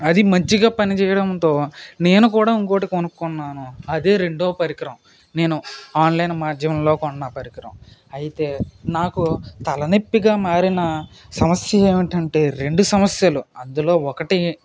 అది మంచిగా పనిచేయడంతో నేను కూడా ఇంకొకటి కొనుక్కున్నాను అదే రెండో పరికరం నేను ఆన్లైన్ మాధ్యమంలో కొన్న పరికరం అయితే నాకు తలనొప్పిగా మారిన సమస్య ఏమిటంటే రెండు సమస్యలు అందులో ఒకటి